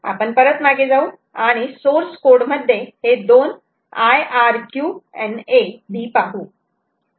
आपण परत मागे जाऊ आणि सोर्स कोड मध्ये हे दोन IRQNA B पाहू